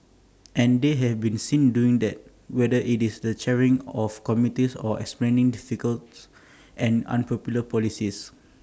and they have been seen doing that whether IT is the chairing of committees or explaining difficult and unpopular policies